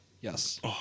Yes